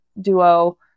duo